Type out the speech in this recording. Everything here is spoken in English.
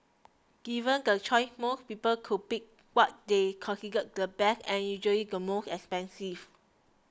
given the choice most people would pick what they consider the best and usually the most expensive